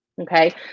Okay